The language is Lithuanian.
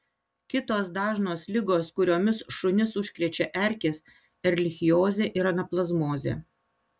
kitos dažnos ligos kuriomis šunis užkrečia erkės erlichiozė ir anaplazmozė